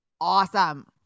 awesome